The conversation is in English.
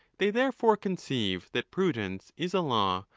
they therefore conceive that prudence is a law,